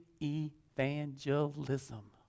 evangelism